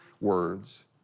words